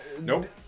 Nope